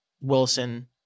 Wilson